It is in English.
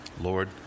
Lord